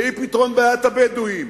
בלי פתרון בעיית הבדואים.